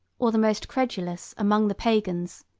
or the most credulous, among the pagans,